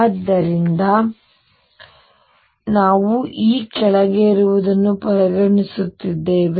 ಆದ್ದರಿಂದ ನಾವು E ಕೆಳಗೆ ಇರುವುದನ್ನು ಪರಿಗಣಿಸುತ್ತಿದ್ದೇವೆ